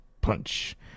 Punch